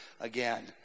again